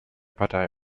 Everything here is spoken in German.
partei